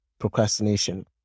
procrastination